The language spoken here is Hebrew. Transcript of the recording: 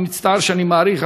אני מצטער שאני מאריך,